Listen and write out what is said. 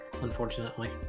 unfortunately